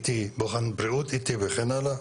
בוחן בריאות וכן הלאה.